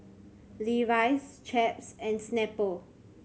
Levi's Chaps and Snapple